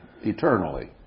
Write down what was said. eternally